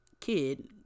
kid